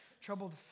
troubled